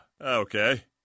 okay